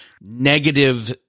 negative